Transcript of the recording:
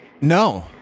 no